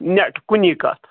net کُنی کَتھ